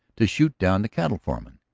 to shoot down the cattle foreman?